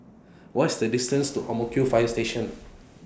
What IS The distance to Ang Mo Kio Fire Station